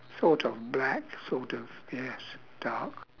sort of black sort of yes dark